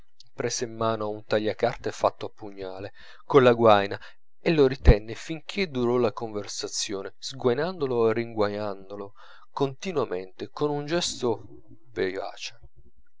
prese in mano un tagliacarte fatto a pugnale colla guaina e lo ritenne finchè durò la conversazione sguainandolo e ringuainandolo continuamente con un gesto vivace